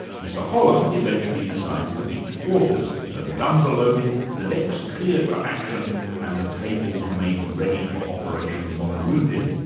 mr calamy um eventually decides to beat to quarters, so the guns are loaded, the decks cleared for action and the tables made ready for operations on the wounded.